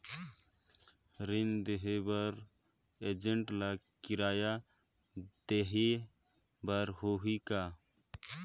ऋण देहे बर एजेंट ला किराया देही बर होही का?